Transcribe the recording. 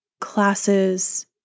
classes